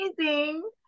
amazing